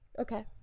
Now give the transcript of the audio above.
Okay